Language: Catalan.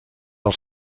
del